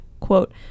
Quote